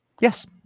Yes